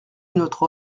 notre